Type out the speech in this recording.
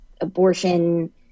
abortion